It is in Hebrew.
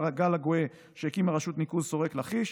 הגל הגואה שהקימה רשות ניקוז שורק לכיש.